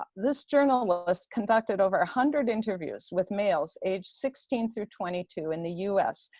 ah this journalist conducted over a hundred interviews with males aged sixteen through twenty two in the u s.